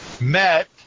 met